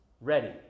ready